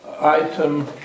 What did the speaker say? item